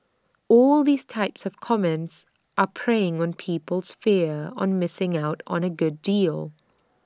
all these type of comments are preying on people's fear on missing out on A good deal